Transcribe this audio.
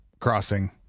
crossing